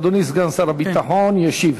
אדוני סגן שר הביטחון ישיב.